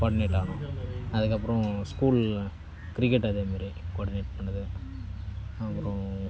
அதுக்கு அப்புறம் school cricket அதேமாதிரி குவாடினேட் பண்ணது அப்புறம்